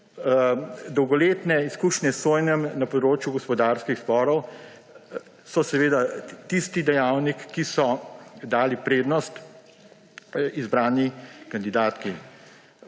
Dolgoletne izkušnje s sojenjem na področju gospodarskih sporov so seveda tisti dejavnik, ki so dali prednost izbrani kandidatki.